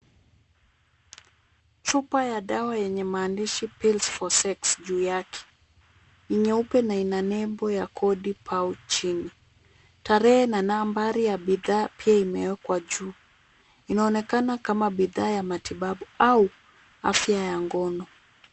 Chupa ya dawa yenye maandishi pills for sex juu yake. Ni nyeupe na ina nembo ya kodi pau chini. Tarehe na nambari ya bidhaa pia imeekwa juu. Inaonekana kama bidhaa ya matibabu au afya ya ngono.